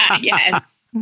Yes